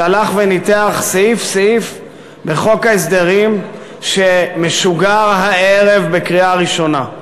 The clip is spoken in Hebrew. שהלך וניתח סעיף-סעיף בחוק ההסדרים שמשוגר הערב בקריאה ראשונה.